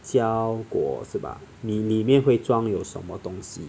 胶果是吧你里面会装有什么东西